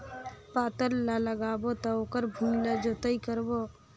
पातल लगाबो त ओकर भुईं ला जोतई करबो?